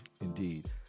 indeed